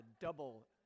double